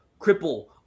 Cripple